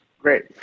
Great